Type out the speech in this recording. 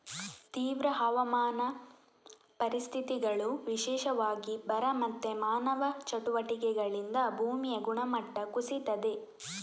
ತೀವ್ರ ಹವಾಮಾನ ಪರಿಸ್ಥಿತಿಗಳು, ವಿಶೇಷವಾಗಿ ಬರ ಮತ್ತೆ ಮಾನವ ಚಟುವಟಿಕೆಗಳಿಂದ ಭೂಮಿಯ ಗುಣಮಟ್ಟ ಕುಸೀತದೆ